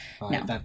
No